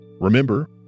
remember